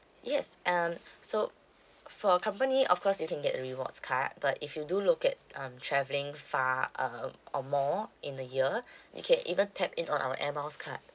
yes um so for company of course you can get rewards card but if you do look at um travelling far uh or more in the year you can either tap in on our air miles card